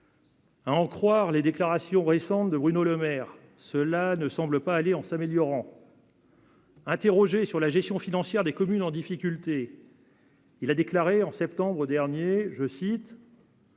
à en croire les déclarations récentes de Bruno Lemaire, cela ne semble pas aller en s'améliorant. Interrogé sur la gestion financière des communes en difficulté. Il a déclaré en septembre dernier, je cite.